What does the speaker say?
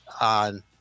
on